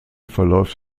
verläuft